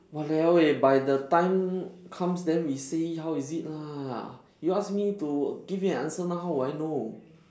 !waliao! eh by the time comes then we see how is it lah you ask me to give you an answer now how would I know